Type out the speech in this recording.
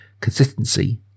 Consistency